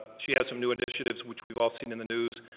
she has some new initiatives which we've all seen in the news.